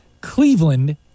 Cleveland